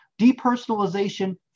Depersonalization